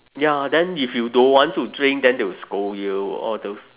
ya then if you don't want to drink then they will scold you all those